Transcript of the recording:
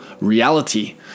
reality